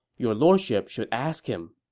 your lordship should ask him.